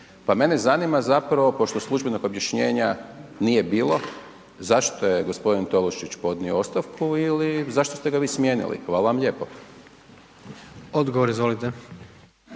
Pa mene zanima zapravo pošto službenog objašnjenja nije bilo zašto je gospodin Tolušić podnio ostavku ili zašto ste ga vi smijenili. Hvala vam lijepo. **Jandroković,